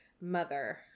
Mother